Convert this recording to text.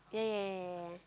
yeah yeah yeah yeah yeah